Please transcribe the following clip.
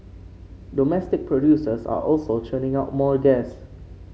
domestic producers are also churning out more gas